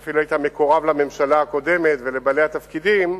ואפילו היית מקורב לממשלה הקודמת ולבעלי התפקידים,